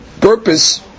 purpose